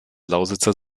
lausitzer